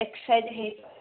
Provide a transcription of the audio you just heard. exercise ହେଇ